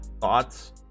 Thoughts